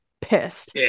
pissed